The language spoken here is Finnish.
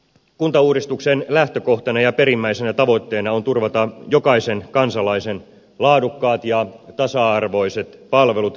kuntauudistuksen lähtökohtana ja perimmäisenä tavoitteena on turvata jokaisen kansalaisen laadukkaat ja tasa arvoiset palvelut kestävällä tavalla